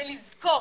ולזכור,